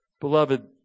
Beloved